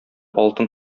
алтын